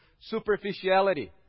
superficiality